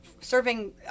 serving